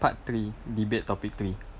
part three debate topic three